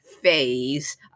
phase